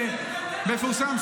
מפורסם,